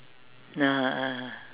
(uh huh) (uh huh)